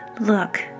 Look